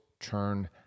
turn